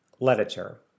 literature